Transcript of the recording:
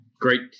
Great